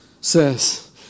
says